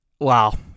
wow